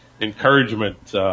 encouragement